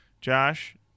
Josh